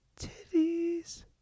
titties